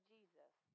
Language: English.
Jesus